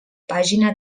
pàgina